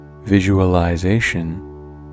Visualization